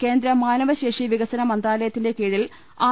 കേന്ദ്ര മാനവ ശേഷി വികസന മന്ത്രാലയത്തിന്റെ കീഴിൽ ആർ